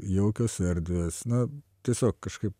jaukios erdvės na tiesiog kažkaip